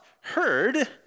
heard